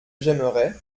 j’aimerais